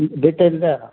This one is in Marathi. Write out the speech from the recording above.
detail the